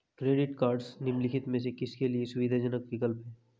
Credit cards निम्नलिखित में से किसके लिए सुविधाजनक विकल्प हैं?